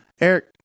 Eric